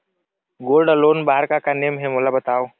Gold loan बार का का नेम हे, मोला बताव?